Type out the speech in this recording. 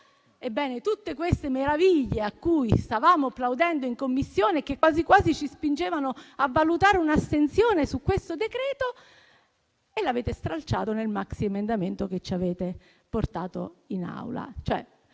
Ebbene, tutte queste meraviglie cui stavamo plaudendo in Commissione, che quasi ci spingevano a valutare un'astensione su questo decreto, le avete stralciate nel maxiemendamento che ci avete portato in Aula.